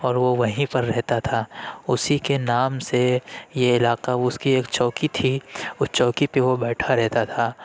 اور وہ وہیں پہ رہتا تھا اسی کے نام سے یہ علاقہ اس کی ایک چوکی تھی اس چوکی پہ وہ بیٹھا رہتا تھا